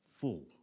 full